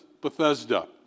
Bethesda